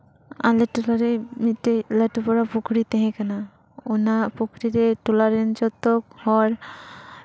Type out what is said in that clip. ᱟᱞᱮ ᱴᱚᱞᱟᱨᱮ ᱢᱤᱫᱴᱮᱡ ᱞᱟᱹᱴᱩᱯᱟᱨᱟ ᱯᱩᱠᱷᱨᱤ ᱛᱟᱦᱮᱸ ᱠᱟᱱᱟ ᱚᱱᱟ ᱯᱩᱠᱷᱨᱤ ᱨᱮ ᱴᱚᱞᱟ ᱨᱮᱱ ᱡᱚᱛᱚ ᱦᱚᱲ